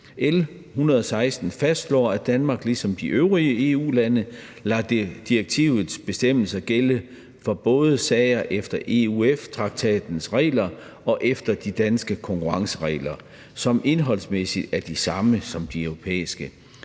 L 116 fastslår, at Danmark, ligesom de øvrige EU-lande, lader direktivets bestemmelser gælde for både sager efter EUF-traktatens regler og efter de danske konkurrenceregler, som indholdsmæssigt er de samme som de europæiske.